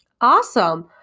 awesome